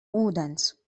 ūdens